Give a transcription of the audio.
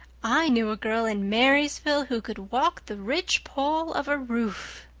i knew a girl in marysville who could walk the ridgepole of a roof.